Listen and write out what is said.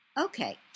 okay